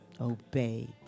obey